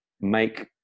make